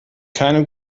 keine